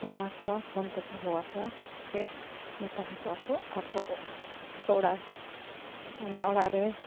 ᱯᱷᱳᱱᱟᱠᱚᱣᱟ phone ᱛᱮᱠᱚ ᱦᱚᱦᱚᱣᱟ ᱠᱚᱣᱟ ᱡᱮ ᱢᱮᱛᱟ ᱠᱚᱣᱟᱠᱚ ᱟᱠᱚ ᱟᱠᱚ ᱚᱲᱟᱜ ᱚᱱᱟ ᱚᱲᱟᱜ ᱨᱮ